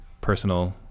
personal